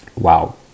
Wow